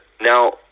now